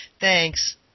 Thanks